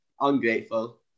ungrateful